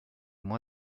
moins